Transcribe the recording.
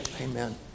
Amen